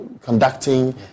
conducting